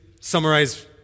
summarize